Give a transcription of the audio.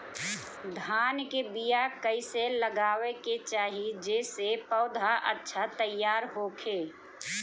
धान के बीया कइसे लगावे के चाही जेसे पौधा अच्छा तैयार होखे?